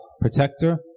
Protector